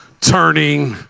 turning